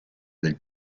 del